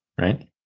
Right